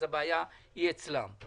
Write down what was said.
אז הבעיה היא אצלם.